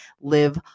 live